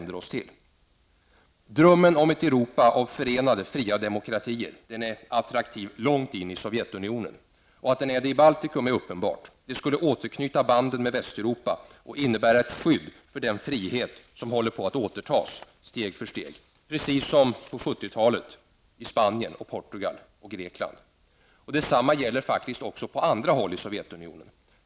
Drömmen om ett Europa av förenade fria demokratier är attraktiv långt in i Sovjetunionen. Att den är attraktiv i Baltikum är uppenbart. Det skulle återknyta banden med Västeuropa och innebära ett skydd för den frihet som steg för steg håller på att återtas, precis som under 70-talet i Spanien, Portugal och i Grekland. Detsamma gäller också på andra håll i Sovjetunionen.